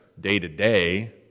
day-to-day